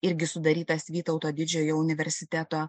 irgi sudarytas vytauto didžiojo universiteto